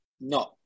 no